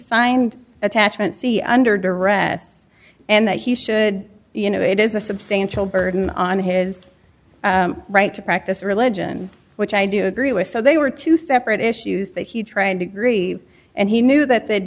signed attachment c under duress and that he should you know it is a substantial burden on his right to practice religion which i do agree with so they were two separate issues that he tried to grieve and he knew that th